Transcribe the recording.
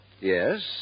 Yes